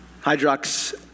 hydrox